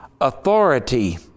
authority